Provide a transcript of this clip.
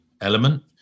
element